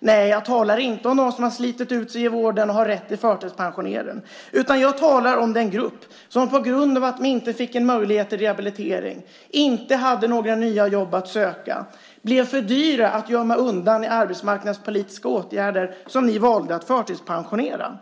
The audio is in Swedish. Nej, jag talar inte om dem som har slitit ut sig i vården och har rätt till förtidspensionering. Jag talar om den grupp som på grund av att de inte fick en möjlighet till rehabilitering och inte hade några nya jobb att söka blev för dyra att gömma undan i arbetsmarknadspolitiska åtgärder och som ni valde att förtidspensionera.